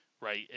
right